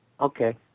Okay